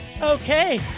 okay